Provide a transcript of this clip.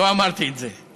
לא אמרתי את זה.